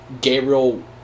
Gabriel